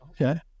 Okay